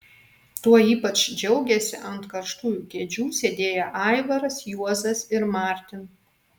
tuo ypač džiaugėsi ant karštųjų kėdžių sėdėję aivaras juozas ir martin